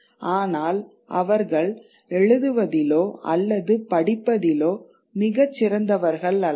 ஆனால் அவர்கள் எழுதுவதிலோ அல்லது படிப்பதிலோ மிகச் சிறந்தவர்கள் அல்ல